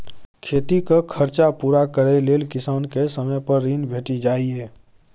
खेतीक खरचा पुरा करय लेल किसान केँ समय पर ऋण भेटि जाइए